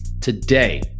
Today